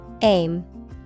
Aim